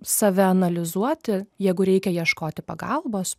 save analizuoti jeigu reikia ieškoti pagalbos